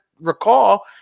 recall